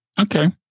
okay